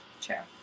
Chair